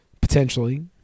potentially